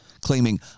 claiming